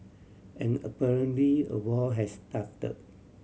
and apparently a war has start